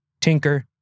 Tinker